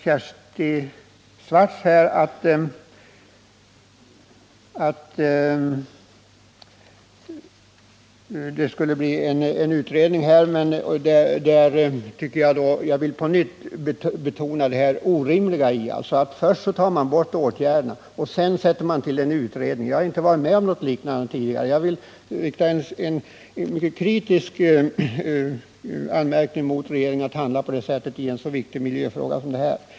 Kersti Swartz sade att det skall bli en utredning. Jag vill då på nytt betona det orimliga i att man först tar bort möjligheterna att åstadkomma arbetsmiljöförbättringar och att man sedan tillsätter en utredning. Jag har inte varit med om något liknande tidigare. Jag vill rikta en mycket kritisk anmärkning mot regeringen för att den handlar på det sättet i en så viktig miljöfråga.